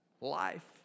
life